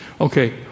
Okay